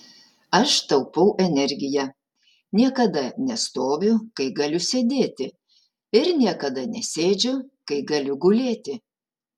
aš taupau energiją niekada nestoviu kai galiu sėdėti ir niekada nesėdžiu kai galiu gulėti